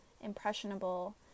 impressionable